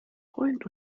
freund